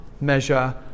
measure